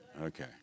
Okay